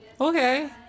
Okay